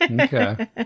Okay